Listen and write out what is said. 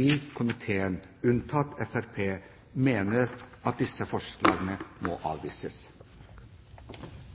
i komiteen, unntatt Fremskrittspartiet, mener at disse forslagene må avvises.